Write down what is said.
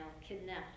kidnapped